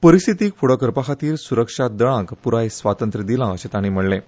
परिस्थितीक फुडो करपा खातीर सुरक्षा दळांक प्राय स्वातंत्र्य दिलां अशें तांणी म्हणलें